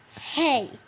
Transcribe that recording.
Hey